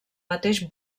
mateix